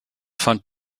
fand